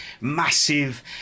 massive